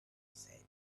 said